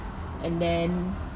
and then